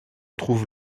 trouve